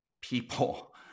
people